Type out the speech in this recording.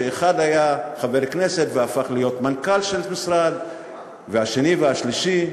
שאחד היה חבר כנסת והפך להיות מנכ"ל של משרד והשני והשלישי,